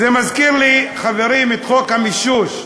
זה מזכיר לי, חברים, את חוק המישוש.